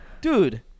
dude